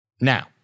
Now